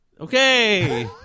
Okay